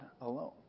alone